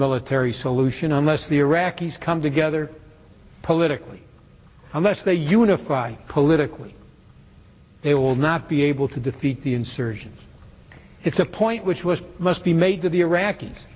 military solution unless the iraqis come together politically unless they unify politically they will not be able to defeat the insurgents it's a point which was must be made to the iraqis